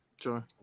sure